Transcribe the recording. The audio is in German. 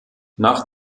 nach